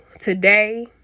today